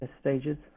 stages